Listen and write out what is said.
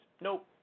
Nope